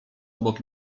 obok